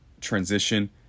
transition